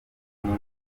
nubwo